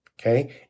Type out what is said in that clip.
okay